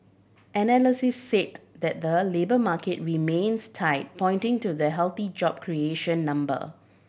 analysts said that the labour market remains tight pointing to the healthy job creation number